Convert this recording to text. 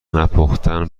نپختن